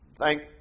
thank